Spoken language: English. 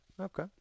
Okay